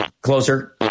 closer